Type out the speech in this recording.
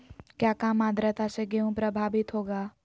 क्या काम आद्रता से गेहु प्रभाभीत होगा?